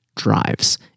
drives